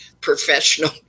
professional